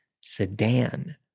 sedan